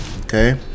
okay